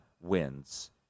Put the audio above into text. wins